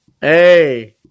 hey